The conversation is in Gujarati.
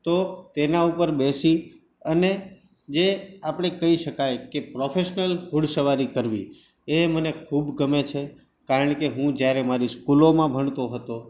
તો તેના ઉપર બેસી અને જે આપણે કહી શકાય કે પ્રૉફેશનલ ઘોડેસવારી કરવી એ મને ખૂબ ગમે છે કારણ કે હું જયારે મારી સ્કૂલમાં ભણતો હતો